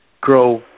grow